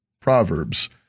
proverbs